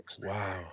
Wow